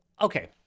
okay